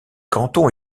canton